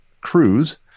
cruise